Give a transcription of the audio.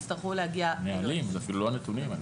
אלה אפילו לא הנתונים.